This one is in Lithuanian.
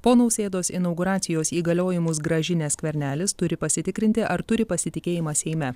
po nausėdos inauguracijos įgaliojimus grąžinęs skvernelis turi pasitikrinti ar turi pasitikėjimą seime